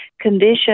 condition